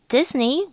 Disney